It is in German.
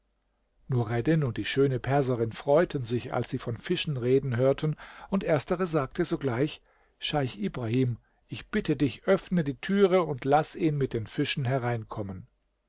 nureddin und die schöne perserin freuten sich als sie von fischen reden hörten und erstere sagte sogleich scheich ibrahim ich bitte dich öffne die türe und laß ihn mit den fischen hereinkommen